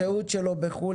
בשהות שלו בחו"ל,